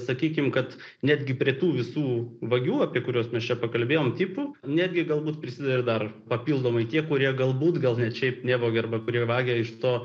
sakykim kad netgi prie tų visų vagių apie kuriuos mes čia pakalbėjom tipų netgi galbūt prisideda ir dar papildomai tie kurie galbūt gal net šiaip nevogia arba kurie vagia iš to